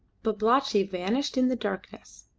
babalatchi vanished in the darkness.